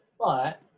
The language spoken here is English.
but,